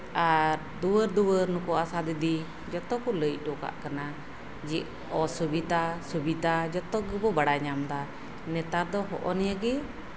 ᱟᱨ ᱫᱩᱣᱟᱹᱨ ᱫᱩᱣᱟᱹᱨ ᱱᱩᱠᱩ ᱟᱥᱟ ᱫᱤᱫᱤ ᱡᱚᱛᱚ ᱠᱚ ᱞᱟᱹᱭ ᱦᱚᱴᱚ ᱠᱟᱜ ᱠᱟᱱᱟ ᱡᱮ ᱚᱥᱩᱵᱤᱛᱟ ᱥᱩᱵᱤᱛᱟ ᱡᱚᱛᱚ ᱜᱮᱠᱚ ᱵᱟᱲᱟᱭ ᱧᱟᱢᱫᱟ ᱱᱮᱛᱟᱨ ᱫᱚ ᱱᱚᱜ ᱚ ᱱᱤᱭᱟᱹᱜᱮ